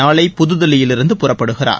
நாளை புதுதில்லியிலிருந்து புறப்படுகிறார்